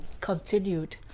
Continued